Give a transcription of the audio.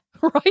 right